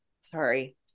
Sorry